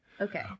Okay